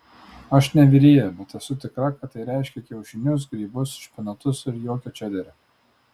aš ne virėja bet esu tikra kad tai reiškia kiaušinius grybus špinatus ir jokio čederio